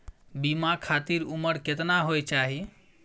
बीमा खातिर उमर केतना होय चाही?